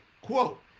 Quote